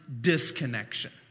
disconnection